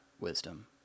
wisdom